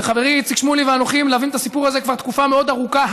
וחברי איציק שמולי ואנוכי מלווים את הסיפור הזה כבר תקופה מאוד ארוכה.